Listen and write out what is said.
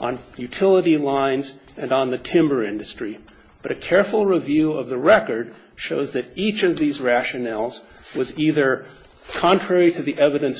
on utility lines and on the timber industry but a careful review of the record shows that each of these rationales was either contrary to the evidence